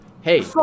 hey